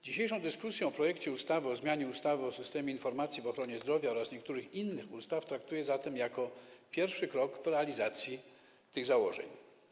Dzisiejszą dyskusję o projekcie ustawy o zmianie ustawy o systemie informacji w ochronie zdrowia oraz niektórych innych ustaw traktuję zatem jako pierwszy krok na drodze do realizacji tych założeń.